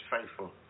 faithful